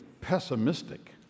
pessimistic